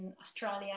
Australia